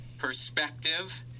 perspective